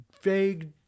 vague